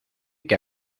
que